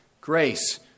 grace